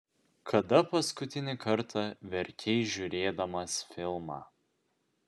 kada paskutinį kartą verkei žiūrėdamas filmą